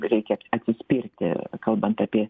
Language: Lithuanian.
reikia atsispirti kalbant apie